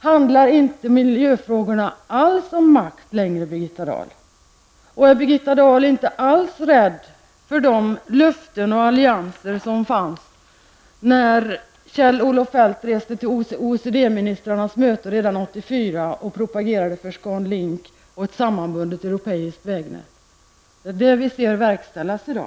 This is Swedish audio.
Handlar inte miljöfrågorna alls om makt längre, Birgitta Dahl? Är Birgitta Dahl inte alls rädd för de löften och allianser som fanns när Kjell-Olof Feldt reste till OECD-ministrarnas möte redan 1984 och propagerade för ScanLink och ett sammanbundet europeiskt vägnät? Det är detta vi ser verkställas i dag.